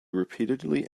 repeatedly